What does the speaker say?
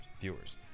viewers